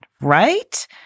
right